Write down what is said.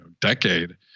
decade